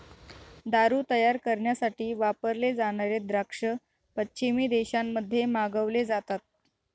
दारू तयार करण्यासाठी वापरले जाणारे द्राक्ष पश्चिमी देशांमध्ये मागवले जातात